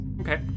Okay